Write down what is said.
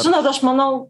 žinot aš manau